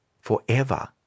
forever